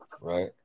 Right